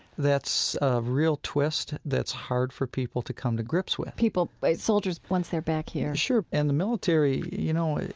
that's a real twist that's hard for people to come to grips with people like soldiers once they're back here sure. and the military, you know,